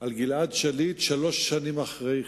על גלעד שליט שלוש שנים אחרי חטיפתו.